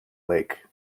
lake